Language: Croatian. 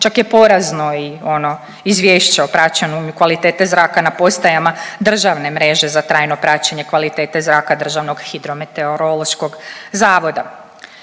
Čak je porazno i ono Izvješće o praćenju kvalitete zraka na postajama državne mreže za trajno praćenje kvalitete zraka državnog hidrometeorološkog zavoda.